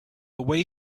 away